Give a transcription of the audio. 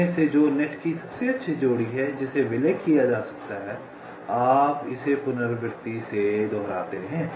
उनमें से जो नेट की सबसे अच्छी जोड़ी है जिसे विलय किया जा सकता है आप इसे पुनरावृति से दोहराते हैं